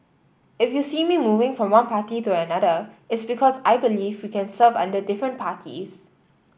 if you see me moving from one party to another it's because I believe we can serve under different parties